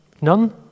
None